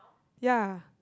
ya